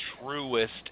truest